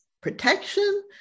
protection